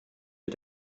mit